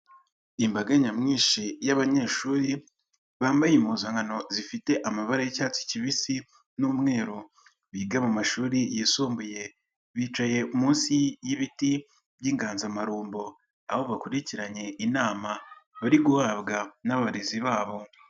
Imbaga nyamwinshi y'abanyeshuri, bambaye impuzankano zifite amabababa y'icyatsi kibisi n'umweru biga mu mashuri, yisumbuye bicaye munsi y'ibiti by'inganzamarumbo, aho bakurikiranye inama bari guhabwa n'abarezi babo.